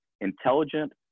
intelligent